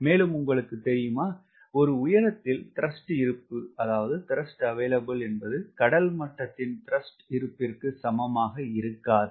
மேலும் உங்களுக்கு தெரியுமா ஒரு உயரத்தில் த்ரஸ்ட் இருப்பு என்பது கடல் மட்டத்தின் த்ரஸ்ட் இருப்பிற்கு சமமாக இருக்காது